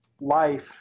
life